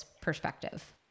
perspective